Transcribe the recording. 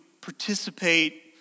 participate